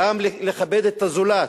גם לכבד את הזולת,